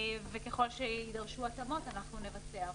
וככל שיידרשו התאמות אנחנו נבצע אותן.